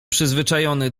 przyzwyczajony